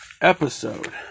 episode